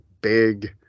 big